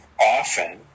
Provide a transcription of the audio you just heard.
Often